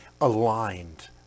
aligned